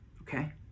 okay